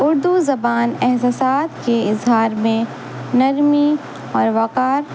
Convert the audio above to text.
اردو زبان احساسات کے اظہار میں نرمی اور وقار